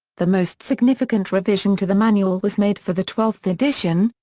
the most significant revision to the manual was made for the twelfth edition,